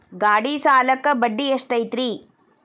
ಗಾಡಿ ಸಾಲಕ್ಕ ಬಡ್ಡಿ ಎಷ್ಟೈತ್ರಿ?